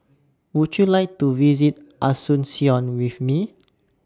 Would YOU like to visit Asuncion with Me